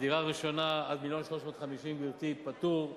לדירה ראשונה עד מיליון ו-350,000, גברתי, פטור.